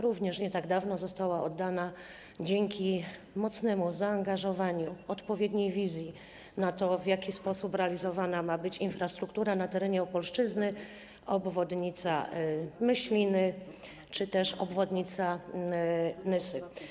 Również nie tak dawno została oddana dzięki mocnemu zaangażowaniu, odpowiedniej wizji na to, w jaki sposób ma być realizowana infrastruktura na terenie Opolszczyzny, obwodnica Myśliny czy też obwodnica Nysy.